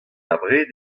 abred